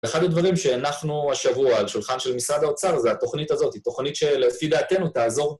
ואחד הדברים שהנחנו השבוע על שולחן של משרד האוצר זה התוכנית הזאת, היא תוכנית שלפי דעתנו תעזור.